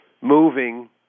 moving